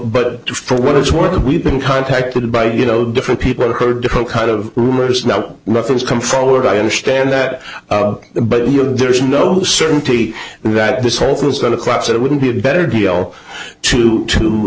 but for what it's worth we've been contacted by you know different people heard different kind of rumors now nothing's come forward i understand that but there's no certainty that this whole thing is going to class it wouldn't be a better deal to to